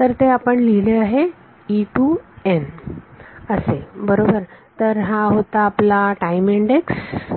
तर ते आपण लिहिले होते असे बरोबर तर हा होता आपला टाइम इंडेक्स